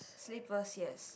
slippers yes